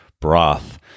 broth